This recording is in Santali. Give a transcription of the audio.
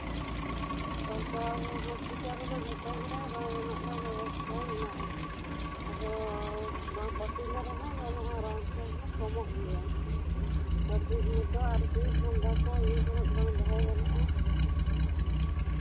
ᱛᱟᱣ ᱦᱚᱥᱯᱤᱴᱟᱞ ᱨᱮᱫᱚ ᱡᱚᱛᱚᱜᱮ ᱨᱟᱱ ᱨᱮᱱᱟᱜ ᱫᱚ ᱵᱮᱵᱚᱥᱛᱷᱟ ᱢᱮᱱᱟᱜᱼᱟ ᱟᱫᱚ ᱵᱟᱝ ᱯᱟᱹᱴᱤᱞᱮ ᱨᱮᱦᱚᱸ ᱜᱟᱱᱚᱜᱼᱟ ᱨᱟᱱ ᱛᱮᱦᱚᱸ ᱠᱚᱢᱚᱜ ᱜᱮᱭᱟ ᱫᱚᱥᱫᱤᱱ ᱫᱚ ᱟᱨᱠᱤ ᱴᱷᱟᱱᱰᱟ ᱠᱚᱨᱮᱜ ᱤᱭᱟᱹ ᱠᱚᱨᱮᱜ ᱫᱚᱦᱚ ᱵᱟᱝ ᱜᱟᱱᱚᱜᱼᱟ